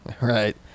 right